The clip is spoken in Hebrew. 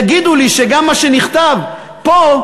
יגידו לי שגם מה שנכתב פה,